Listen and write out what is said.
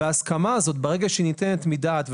וההסכמה הזאת ברגע שהיא ניתנת מדעת,